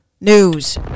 news